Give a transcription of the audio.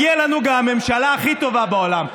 מגיעה לנו גם הממשלה הכי טובה בעולם.